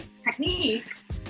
techniques